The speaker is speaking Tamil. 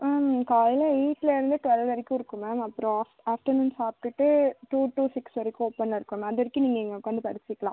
ம் காலையிலல் எயிட்லேருந்து டுவெல் வரைக்கும் இருக்கும் மேம் அப்புறம் ஆஃப் ஆஃப்டர்நூன் சாப்பிட்டுட்டு டூ டூ சிக்ஸ் வரைக்கும் ஓப்பனில் இருக்கும் மேம் அது வரைக்கும் நீங்கள் இ உக்காந்து படிச்சிக்கலாம்